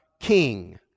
King